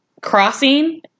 crossing